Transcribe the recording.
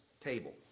table